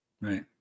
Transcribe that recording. Right